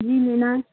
جی مینا